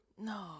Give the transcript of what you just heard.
No